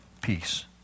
Peace